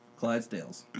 Clydesdales